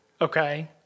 Okay